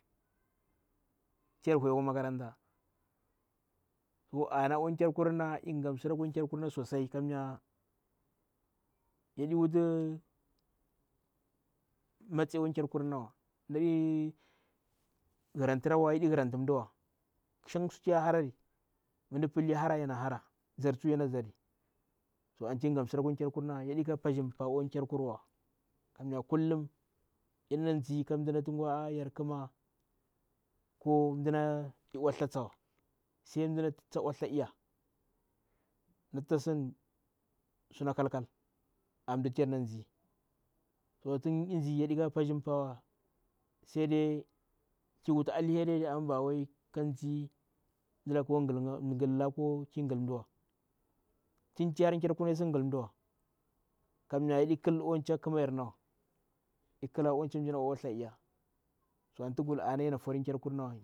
Tiyer whi makaranta to ana akwe keska lngha masirakur family kammya yaɗi wuti matsa akwa karkur. Shan sutu yahara mda pill hara yana hara zar tsuwa yana yar. To anti gahmgirakar kerkirna yandi ka pasjir paa akwa. kerkurwa. kamya kullum yaɗe na ndze ka mda aa yar kma ko mdana oaltha tsawa sai mdana loal tgha tsawa. sai mdana loal sa. sai mda ol thstha lya. mdana tsidi sunakal kal. To tun. ndze yadekaka bazdji saide kiwuti aheri de ammba bade katsiz mdaka ka ghulngawa. ko ki ghil mdawa. Ti hara kerkur yadi ghiwa, yadi kla akwa cha kmayarinnawa sai ako cha mriji na oal oll to anti ghu wuti auna yana fori lear kurunawa.